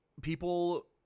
people